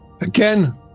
Again